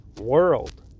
world